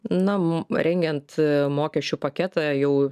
na mum rengiant mokesčių paketą jau